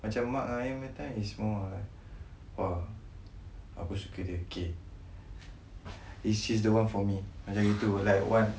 macam mak ngan ayah punya time is more ah !wah! aku suka dia K eh she's the [one] for me macam gitu like